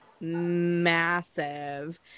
massive